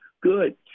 Good